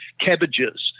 cabbages